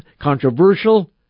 controversial